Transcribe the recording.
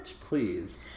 please